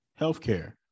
healthcare